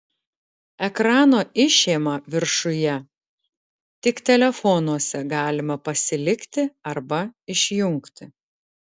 ekrano išėma viršuje tik telefonuose galima pasilikti arba išjungti